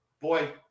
boy